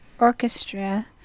orchestra